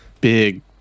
big